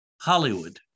Hollywood